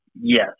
yes